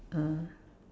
uh